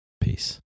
Peace